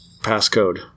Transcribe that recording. passcode